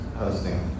hosting